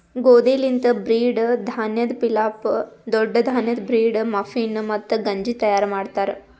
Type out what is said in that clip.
ಗೋದಿ ಲಿಂತ್ ಬ್ರೀಡ್, ಧಾನ್ಯದ್ ಪಿಲಾಫ್, ದೊಡ್ಡ ಧಾನ್ಯದ್ ಬ್ರೀಡ್, ಮಫಿನ್, ಮತ್ತ ಗಂಜಿ ತೈಯಾರ್ ಮಾಡ್ತಾರ್